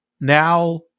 now